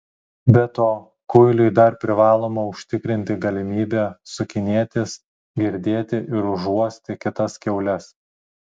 be to kuiliui dar privaloma užtikrinti galimybę sukinėtis girdėti ir užuosti kitas kiaules